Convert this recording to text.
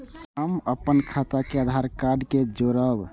हम अपन खाता के आधार कार्ड के जोरैब?